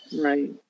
Right